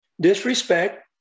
Disrespect